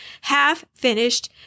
half-finished